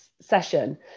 session